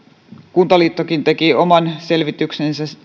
kuntaliittokin teki oman selvityksensä